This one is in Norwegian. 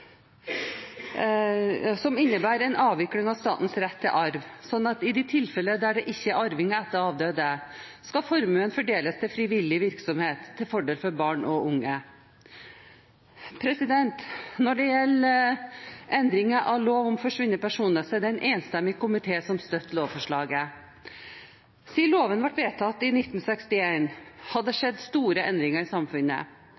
som innebærer en avvikling av statens rett til arv, slik at i tilfeller der det ikke er arvinger etter den avdøde, skal formuen fordeles til frivillig virksomhet til fordel for barn og unge. Når det gjelder endring av lov om forsvunne personer, er det en enstemmig komité som støtter lovforslaget. Siden loven ble vedtatt i 1961, har det skjedd store endringer i samfunnet.